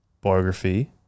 biography